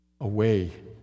Away